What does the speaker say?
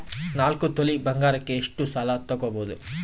ನಾಲ್ಕು ತೊಲಿ ಬಂಗಾರಕ್ಕೆ ಎಷ್ಟು ಸಾಲ ತಗಬೋದು?